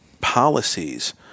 policies